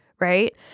right